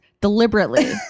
deliberately